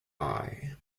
eye